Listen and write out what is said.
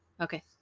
Okay